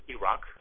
Iraq